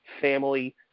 family